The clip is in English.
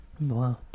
Wow